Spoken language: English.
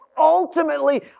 ultimately